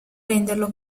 renderlo